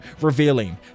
revealing